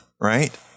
Right